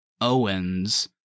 Owens